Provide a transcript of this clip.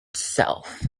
self